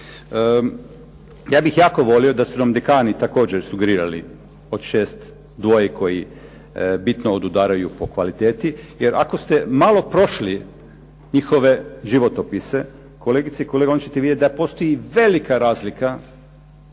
Ja bih jako volio da su nam dekani također sugerirali od šest dvoje koji bitno odudaraju po kvaliteti, jer ako ste malo prošli njihove životopise, kolegice i kolege, onda ćete vidjeti da postoji velika razlika